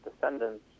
descendants